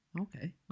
Okay